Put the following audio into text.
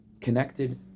connected